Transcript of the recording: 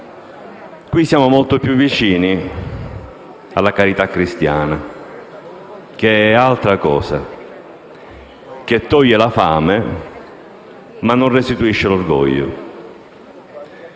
Siamo molto più vicini alla carità cristiana, che è altra cosa, che toglie la fame, ma non restituisce l'orgoglio.